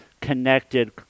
connected